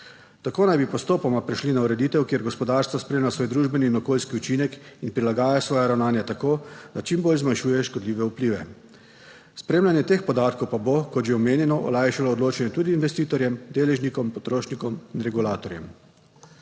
Tako naj bi postopoma prešli na ureditev, kjer gospodarstvo spremlja svoj družbeni in okoljski učinek in prilagaja svoja ravnanja tako, da čim bolj zmanjšuje škodljive vplive. Spremljanje teh podatkov pa bo, kot že omenjeno, olajšalo odločanje tudi investitorjem, deležnikom, potrošnikom in regulatorjem.